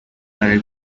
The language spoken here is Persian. برای